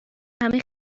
همه